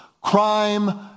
crime